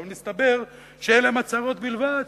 אבל מסתבר שאלה הצעות בלבד,